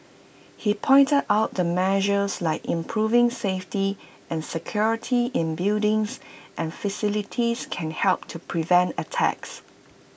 he pointed out that measures like improving safety and security in buildings and facilities can help to prevent attacks